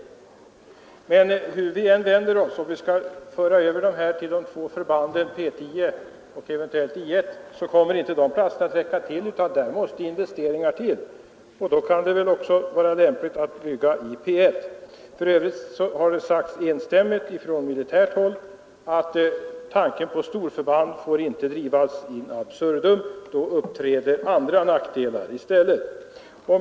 Om vi skall föra över dessa värnpliktiga till de två förbanden P 10 och eventuellt I I kommer inte dessa platser att räcka till, hur vi än vänder oss. Där måste investeringar till. Då kan det väl vara lämpligt att bygga ut P 1. För övrigt har det enstämmigt sagts från militärt håll att tanken på storförband inte får drivas in absurdum. Då uppträder andra nackdelar i stället.